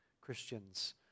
Christians